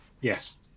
Yes